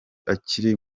akiri